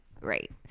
right